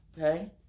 Okay